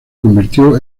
convirtió